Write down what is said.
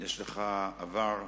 יש לך עבר עשיר,